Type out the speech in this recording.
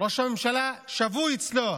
ראש הממשלה שבוי אצלו,